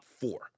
four